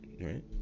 right